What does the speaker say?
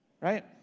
Right